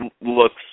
looks